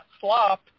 slop